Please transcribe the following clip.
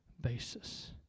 basis